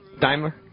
Daimler